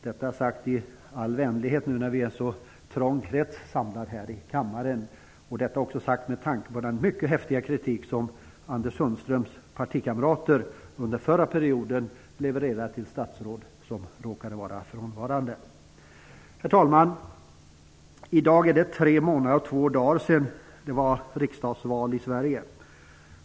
Detta säger jag i all vänlighet, när vi nu är en så trång krets samlad här i kammaren och också med tanke på den mycket häftiga kritik som Anders Sundströms partikamrater under den förra perioden levererade till statsråd som råkade vara frånvarande. Herr talman! Det är i dag tre månader och två dagar sedan det var riksdagsval i Sverige.